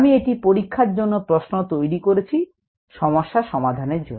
আমি এটি পরীক্ষার জন্য প্রশ্ন তৈরি করেছি সমস্যার সমাধানের জন্য